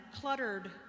cluttered